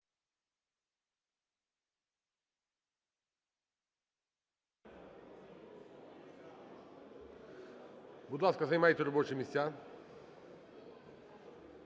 Будь ласка, займайте робочі місця.